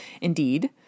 Indeed